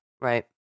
Right